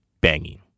banging